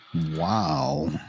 Wow